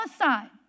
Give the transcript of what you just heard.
aside